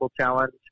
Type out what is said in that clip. challenge